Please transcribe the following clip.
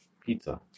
Pizza